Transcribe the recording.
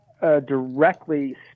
directly